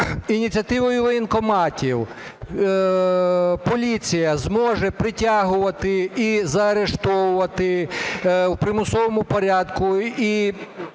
ініціативою військкоматів поліція зможе притягувати і заарештовувати в примусовому порядку